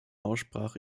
aussprache